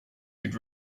could